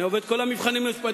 אני עובר את כל המבחנים המשפטיים.